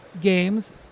games